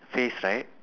face right